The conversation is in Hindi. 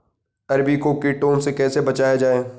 अरबी को कीटों से कैसे बचाया जाए?